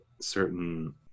certain